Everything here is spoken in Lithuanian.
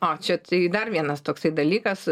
a čia tai dar vienas toksai dalykas